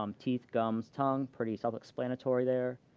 um teeth, gums, tongue, pretty self-explanatory there.